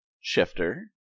shifter